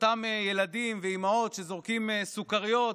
אותם ילדים ואימהות שזורקים סוכריות,